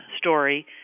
story